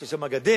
יש שם גדר,